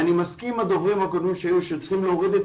ואני מסכים עם הדוברים הקודמים שצריכים להוריד את